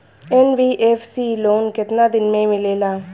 NBFC loan केतना दिन मे मिलेला?